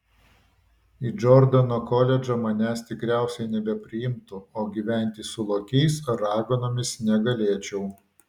į džordano koledžą manęs tikriausiai nebepriimtų o gyventi su lokiais ar raganomis negalėčiau